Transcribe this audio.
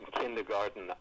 kindergarten